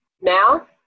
Now